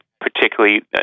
particularly